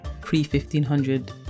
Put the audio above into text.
pre-1500